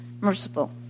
Merciful